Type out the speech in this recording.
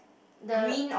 the